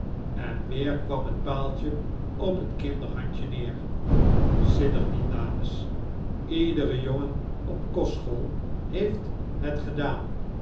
en weer kwam het paaltje op het kinderhandje neer sidder niet dames iedere jongen op kostschool heeft het gedaan